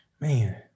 man